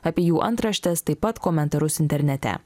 apie jų antraštes taip pat komentarus internete